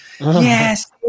yes